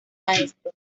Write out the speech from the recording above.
maestro